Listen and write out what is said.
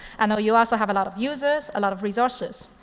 and you also have a lot of users, a lot of resources.